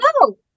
no